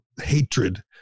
hatred